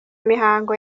mihango